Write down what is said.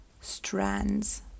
strands